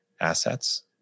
assets